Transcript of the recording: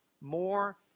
more